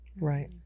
right